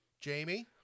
jamie